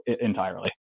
entirely